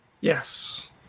Yes